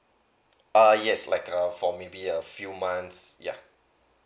ah yes like a for maybe a few months yeah